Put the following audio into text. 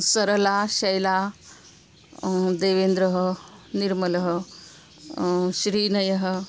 सरला शैला देवेन्द्रः निर्मलः श्रीनयः